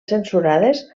censurades